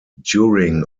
during